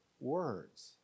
words